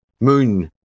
Moon